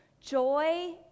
Joy